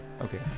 okay